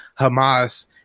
hamas